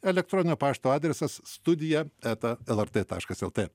elektroninio pašto adresas studija eta lrt taškas lt